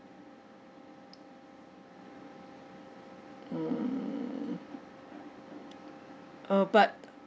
mm uh but